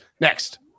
next